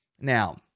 Now